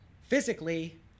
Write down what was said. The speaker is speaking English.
physically